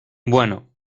bueno